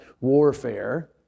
warfare